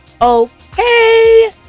okay